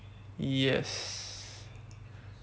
yes